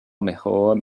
mejor